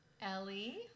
Ellie